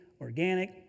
organic